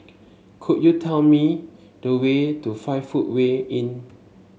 could you tell me the way to Five Footway Inn